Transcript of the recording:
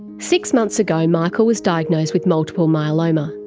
six months ago, michael was diagnosed with multiple myeloma,